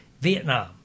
Vietnam